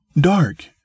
Dark